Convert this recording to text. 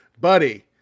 Buddy